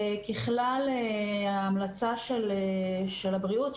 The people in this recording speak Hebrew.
ככלל ההמלצה של הבריאות,